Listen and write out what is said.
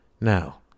Now